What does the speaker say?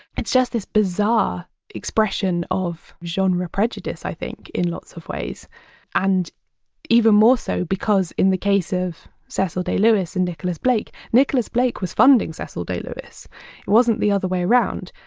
it! s just this bizarre expression of genre prejudice, i think, in lots of ways and even more so because, in the case of cecil day lewis and nicholas blake, nicholas blake was funding cecil day lewis it wasn't the other way around.